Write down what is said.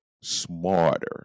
smarter